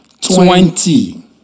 twenty